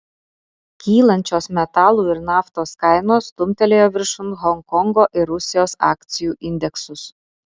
kylančios metalų ir naftos kainos stumtelėjo viršun honkongo ir rusijos akcijų indeksus